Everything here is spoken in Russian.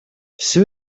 все